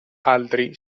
altri